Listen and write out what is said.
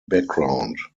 background